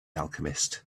alchemist